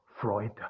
Freud